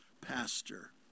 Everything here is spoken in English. pastor